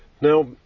Now